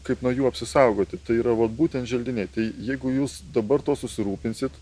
kaip nuo jų apsisaugoti tai yra vat būtent želdiniai tai jeigu jūs dabar tuo susirūpinsit